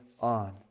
on